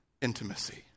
intimacy